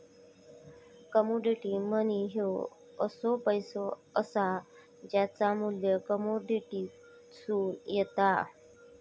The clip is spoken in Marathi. कमोडिटी मनी ह्यो असो पैसो असा ज्याचा मू्ल्य कमोडिटीतसून येता